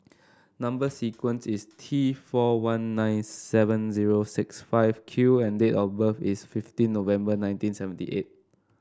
number sequence is T four one nine seven zero six five Q and date of birth is fifteen November nineteen seventy eight